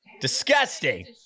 Disgusting